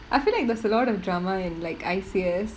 I feel like there's a lot of drama in like I_C_S